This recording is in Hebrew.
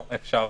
אני כאן.